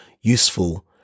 useful